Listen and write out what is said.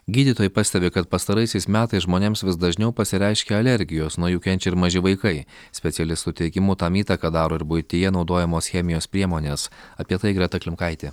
gydytojai pastebi kad pastaraisiais metais žmonėms vis dažniau pasireiškia alergijos nuo jų kenčia ir maži vaikai specialistų teigimu tam įtaką daro ir buityje naudojamos chemijos priemonės apie tai greta klimkaitė